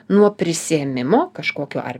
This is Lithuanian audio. nuo prisiėmimo kažkokio ar